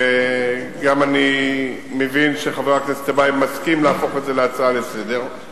ואני גם מבין שחבר הכנסת טיבייב מסכים להפוך את זה להצעה לסדר-היום,